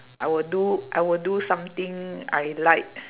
I will do I will do something I like